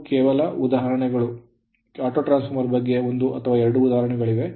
ಇವು ಕೆಲವು ಉದಾಹರಣೆಗಳು autoಟ್ರಾನ್ಸ್ ಫಾರ್ಮರ್ ಗೆ ಒಂದು ಅಥವಾ ಎರಡು ಉದಾಹರಣೆಗಳಿವೆ